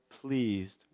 pleased